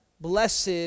Blessed